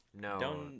No